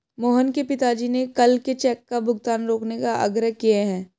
मोहन के पिताजी ने कल के चेक का भुगतान रोकने का आग्रह किए हैं